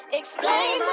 explain